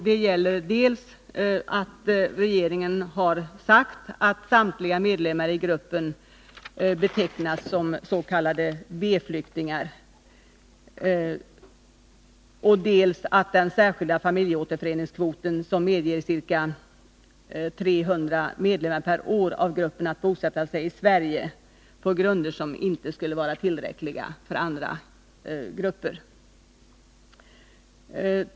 Det gäller dels att regeringen har sagt att samtliga medlemmar i gruppen betecknas som s.k. B-flyktingar, dels att den särskilda familjeåterföreningskvoten medger att ca 300 medlemmar av gruppen per år kan bosätta sig i Sverige på grunder som inte skulle vara tillräckliga för andra.